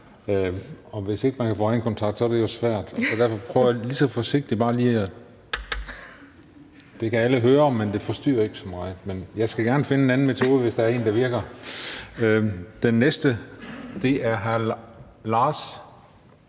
og hvis ikke man kan få øjenkontakt, er det jo svært. Derfor prøver jeg lige så forsigtigt lige at banke let i bordet. Det kan alle høre, men det forstyrrer ikke så meget. Men jeg skal gerne finde en anden metode, hvis der er en, der virker. Den næste er hr. Lars